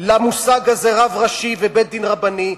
למושג הזה "רב ראשי" ו"בית-דין רבני"